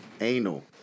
anal